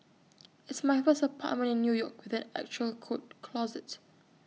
it's my first apartment in new york with an actual coat closet